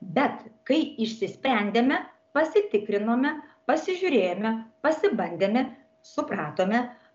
bet kai išsisprendėme pasitikrinome pasižiūrėjome pasibandėme supratome